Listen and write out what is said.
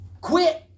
Quit